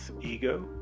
ego